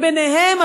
וביניהם,